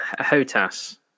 hotas